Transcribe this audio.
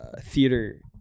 theater